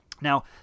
Now